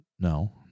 No